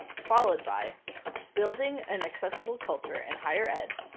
followed by building an accessible culture in higher ed.